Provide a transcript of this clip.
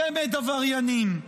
צמד עבריינים.